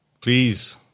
please